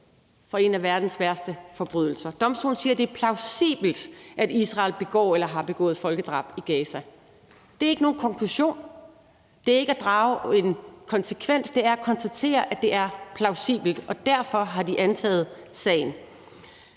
for en af verdens værste forbrydelser. Domstolen siger, det er plausibelt, at Israel begår eller har begået folkedrab i Gaza. Det er ikke nogen konklusion. Det er ikke at drage en konsekvens. Det er at konstatere, at det er plausibelt, og derfor har de antaget sagen.